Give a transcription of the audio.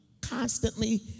constantly